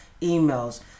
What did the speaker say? emails